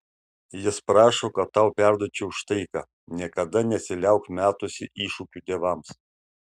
jis prašo kad tau perduočiau štai ką niekada nesiliauk metusi iššūkių dievams